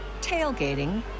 Tailgating